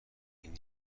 این